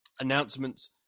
announcements